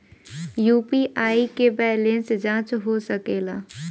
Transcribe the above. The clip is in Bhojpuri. यू.पी.आई से बैलेंस जाँच हो सके ला?